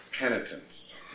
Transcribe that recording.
Penitence